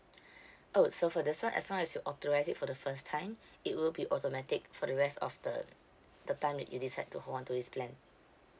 oh so for this one as long as you authorise it for the first time it will be automatic for the rest of the the time that you decide to hold on to this plan